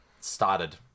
started